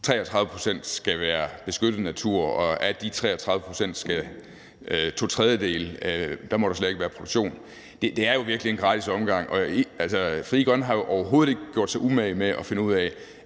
33 pct. skal være beskyttet natur, og at der på to tredjedele af de 33 pct. slet ikke må være en produktion, er jo virkelig en gratis omgang. Og Frie Grønne har jo overhovedet ikke gjort sig umage med at finde ud af,